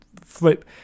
flip